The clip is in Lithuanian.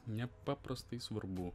nepaprastai svarbu